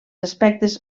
aspectes